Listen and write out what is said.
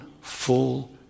full